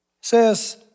Says